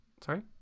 Sorry